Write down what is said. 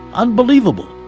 unbelievable!